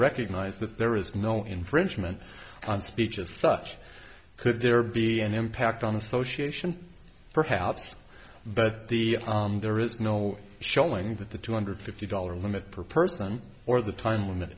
recognize that there is no infringement on speech as such could there be an impact on association perhaps but the there is no showing that the two hundred fifty dollars limit per person or the time limit